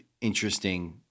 interesting